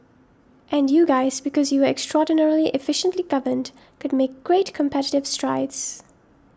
and you guys because you extraordinarily efficiently governed could make great competitive strides